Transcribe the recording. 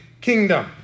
kingdom